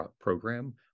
program